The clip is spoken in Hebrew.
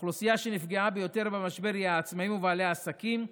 האוכלוסייה שנפגעה ביותר במשבר היא העצמאים ובעלי העסקים.